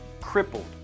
crippled